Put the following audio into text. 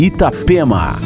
Itapema